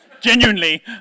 Genuinely